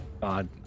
God